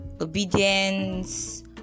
Obedience